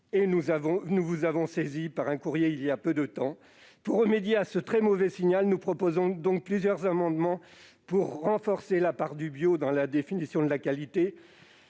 nous vous avons saisi par un courrier il y a peu de temps de cette demande. Pour remédier à ce très mauvais signal, nous proposons donc plusieurs amendements visant à renforcer la part du bio dans la définition de la qualité